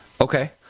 Okay